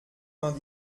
vingt